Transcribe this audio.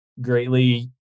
greatly